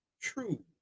true